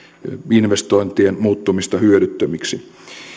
investointien muuttumista hyödyttömiksi